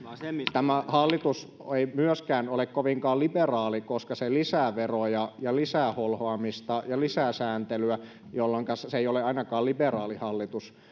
tämä hallitus ei myöskään ole kovinkaan liberaali koska se lisää veroja ja lisää holhoamista ja lisää sääntelyä jolloinka se ei ole ainakaan liberaali hallitus